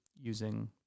using